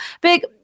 big